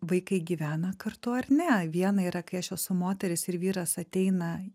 vaikai gyvena kartu ar ne viena yra kai aš esu moteris ir vyras ateina